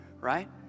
right